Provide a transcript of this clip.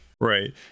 right